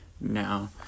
Now